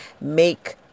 make